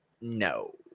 No